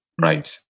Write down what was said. right